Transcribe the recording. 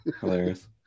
hilarious